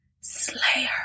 slayer